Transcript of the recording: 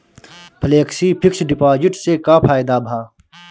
Flexi fix deposit से का फायदा भा?